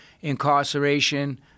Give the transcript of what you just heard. incarceration